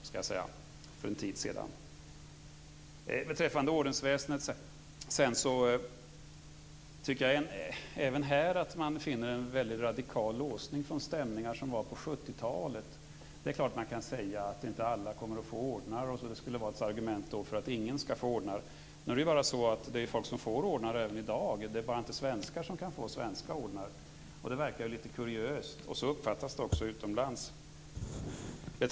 Även när det gäller det svenska ordensväsendet tycker jag att man kan finna en väldigt radikal låsning. Jag tänker då på de stämningar som rådde på 70-talet. Det är klart att man kan säga att inte alla kommer att få ordnar; detta som ett argument för att ingen skall få ordnar. Men även i dag får folk ordnar. Det är ju inte bara svenskar som kan få svenska ordnar. Detta verkar litet kuriöst, och så uppfattas det också utomlands.